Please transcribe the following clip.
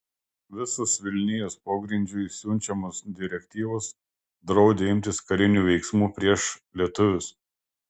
visos vilnijos pogrindžiui siunčiamos direktyvos draudė imtis karinių veiksmų prieš lietuvius